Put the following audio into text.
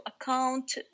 account